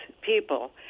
people